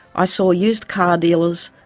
ah so used car dealers,